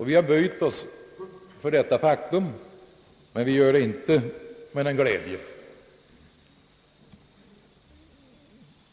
Vi har böjt oss för detta faktum men inte med någon glädje.